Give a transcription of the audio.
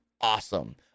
awesome